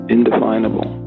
Indefinable